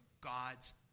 God's